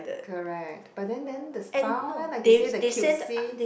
correct but then then the style leh like you say the cutesy